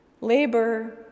Labor